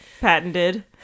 Patented